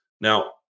Now